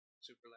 super